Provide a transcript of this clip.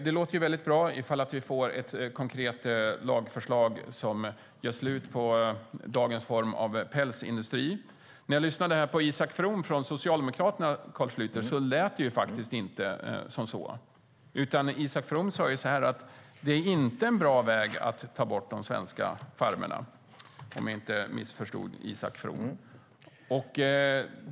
Det låter bra om vi får ett konkret lagförslag som gör slut på dagens form av pälsindustri. När jag lyssnade på Isak From från Socialdemokraterna, Carl Schlyter, lät det faktiskt inte så. Isak From sa att det inte är en bra väg att ta bort de svenska farmerna - om jag inte missförstod Isak From.